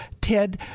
Ted